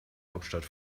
hauptstadt